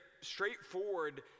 straightforward